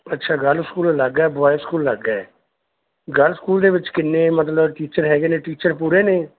ਅੱਛਾ girl school ਅਲੱਗ ਹੈ ਬੋਏ ਸਕੂਲ ਅਲੱਗ ਹੈ ਗਰਲ ਸਕੂਲ ਦੇ ਵਿੱਚ ਕਿੰਨੇ ਮਤਲਬ ਟੀਚਰ ਹੈਗੇ ਨੇ ਟੀਚਰ ਪੂਰੇ ਨੇ